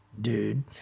dude